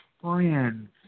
friends